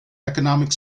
economic